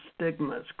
stigmas